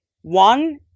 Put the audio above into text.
one